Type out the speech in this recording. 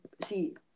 see